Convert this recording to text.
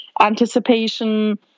anticipation